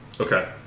Okay